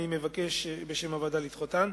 אני מבקש בשם הוועדה לדחותן.